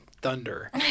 Thunder